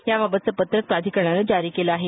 याबाबतचं प्रत्रक प्राधिकरणानं जारी केलं आहे